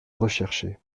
recherché